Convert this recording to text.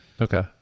Okay